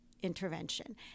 intervention